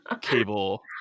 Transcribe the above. cable